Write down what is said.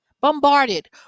bombarded